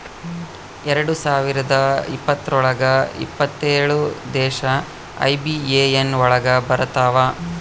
ಎರಡ್ ಸಾವಿರದ ಇಪ್ಪತ್ರೊಳಗ ಎಪ್ಪತ್ತೇಳು ದೇಶ ಐ.ಬಿ.ಎ.ಎನ್ ಒಳಗ ಬರತಾವ